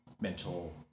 mental